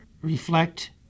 reflect